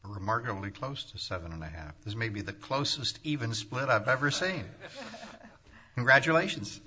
remarkably close to seven and a half is maybe the closest even spot i've ever seen graduations